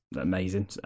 amazing